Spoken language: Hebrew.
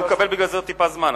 הוא מקבל בגלל זה עוד טיפה זמן,